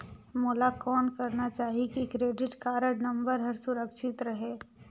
मोला कौन करना चाही की क्रेडिट कारड नम्बर हर सुरक्षित रहे?